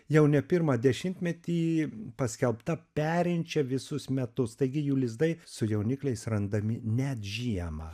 jau ne pirmą dešimtmetį paskelbta perinčia visus metus taigi jų lizdai su jaunikliais randami net žiemą